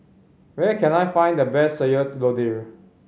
where can I find the best Sayur Lodeh